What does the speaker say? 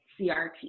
CRT